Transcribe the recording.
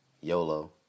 YOLO